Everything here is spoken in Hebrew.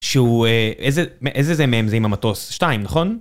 שהוא איזה זה מהם זה עם המטוס, 2 נכון?